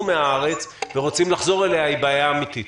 מהארץ ורוצים לחזור אליה היא בעיה אמתית?